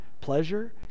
pleasure